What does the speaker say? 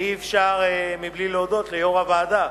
ואי-אפשר בלי להודות ליו"ר הוועדה,